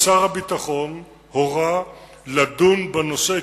שר הביטחון הורה לדון בנושא,